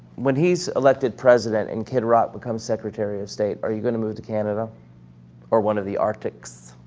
when he's elected president, and kid rock becomes secretary of state, are you going to move to canada or one of the arctics?